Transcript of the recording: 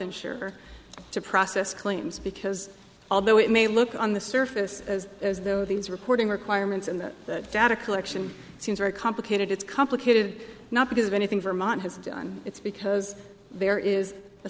insurer to process claims because although it may look on the surface as as though these reporting requirements and data collection seems very complicated it's complicated not because of anything vermont has done it's because there is a